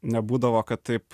nebūdavo kad taip